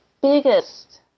biggest